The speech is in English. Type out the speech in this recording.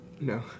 No